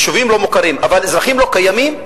יישובים לא מוכרים, אבל אזרחים לא קיימים?